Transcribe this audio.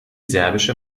serbische